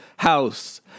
house